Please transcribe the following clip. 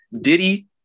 Diddy